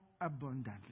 abundantly